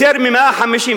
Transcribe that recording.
יותר מ-150,